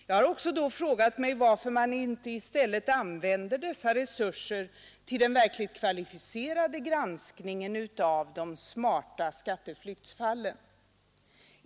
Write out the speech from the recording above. Jag har då också frågat mig varför man inte i stället använder dessa resurser till den verkligt kvalificerade granskningen av de smarta skatteflyktsfallen.